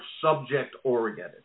subject-oriented